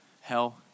hell